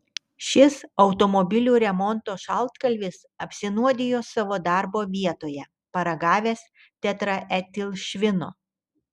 šis automobilių remonto šaltkalvis apsinuodijo savo darbo vietoje paragavęs tetraetilšvino